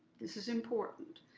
this is important.